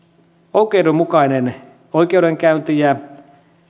oikeudenmukainen oikeudenkäynti ja